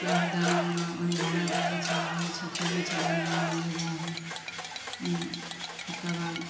कभी दाना ओना ओहिमे भरल रहैत छै आबैत छै चुगैत छै दाना ओना ले जाए हय ओकर बाद